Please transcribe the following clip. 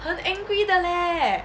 很 angry 的 leh